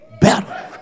better